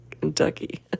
Kentucky